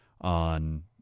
on